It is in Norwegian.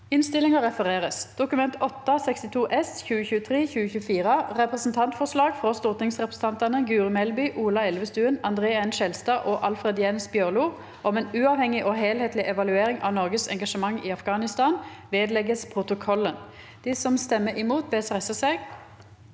v e d t a k : Dokument 8:62 S (2023–2024) – Representantforslag fra stortingsrepresentantene Guri Melby, Ola Elvestuen, André N. Skjelstad og Alfred Jens Bjørlo om en uavhengig og helhetlig evaluering av Norges engasjement i Afghanistan – vedlegges protokollen. V o t e r i n g